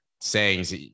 sayings